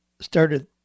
started